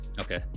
Okay